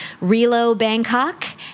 relobangkok